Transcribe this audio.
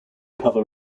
cover